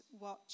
watch